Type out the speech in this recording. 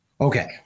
Okay